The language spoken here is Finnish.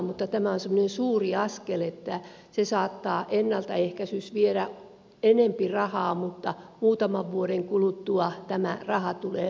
mutta tämä on semmoinen suuri askel että ennaltaehkäisy saattaa viedä enempi rahaa mutta muutaman vuoden kuluttua tämä raha tulee moninkertaisena takaisin